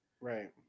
Right